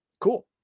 cool